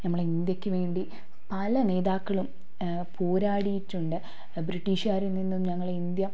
നമ്മളെ ഇന്ത്യയ്ക്ക് വേണ്ടി പല നേതാക്കളും പോരാടിയിട്ടുണ്ട് ആ ബ്രിട്ടീഷുകാരിൽ നിന്നും ഞങ്ങളെ ഇന്ത്യ